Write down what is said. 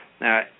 Now